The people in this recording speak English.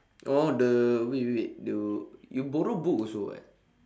oh the wait wait wait the you borrow book also [what]